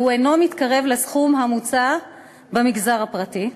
הוא אינו מתקרב לסכום המוצע במגזר הפרטי,